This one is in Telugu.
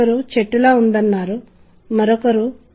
కాబట్టి అది మరొక విషయం